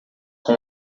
com